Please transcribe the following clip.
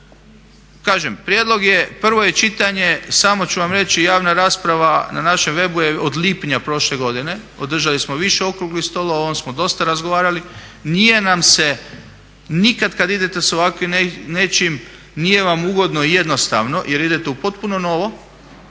kažem prijedlog je, prvo je čitanje, samo ću vam reći javna rasprava na našem webu je od lipnja prošle godine. Održali smo više okruglih stolova, o ovom smo dosta razgovarali. Nije nam se nikad kad idete sa ovakvim nečim nije vam ugodno i jednostavno jer idete u potpuno novo.